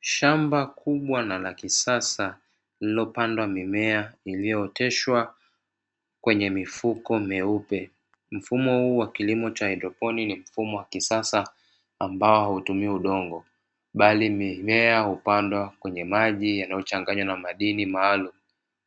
Shamba kubwa na la kisasa lililopandwa mimea iliyooteshwa kwenye mifuko myeupe. Mfumo huu wa kilimo cha haidroponi, ni mfumo wa kisasa ambao hautumii udongo bali mimea hupandwa kwenye maji yaliyochanganywa na madini maalumu,